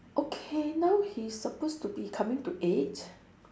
okay now he's supposed to be coming to eight